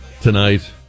tonight